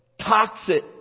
toxic